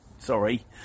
sorry